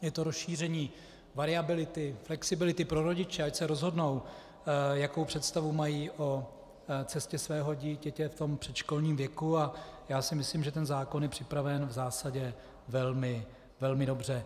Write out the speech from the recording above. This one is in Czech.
Je to rozšíření variability, flexibility pro rodiče, ať se rozhodnou, jakou představu mají o cestě svého dítěte v předškolním věku, a já si myslím, že ten zákon je připraven v zásadě velmi dobře.